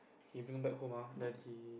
he bring back home ah then he